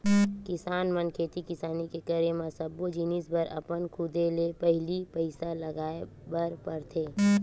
किसान मन खेती किसानी के करे म सब्बो जिनिस बर अपन खुदे ले पहिली पइसा लगाय बर परथे